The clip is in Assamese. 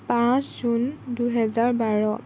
পাঁচ জুন দুহেজাৰ বাৰ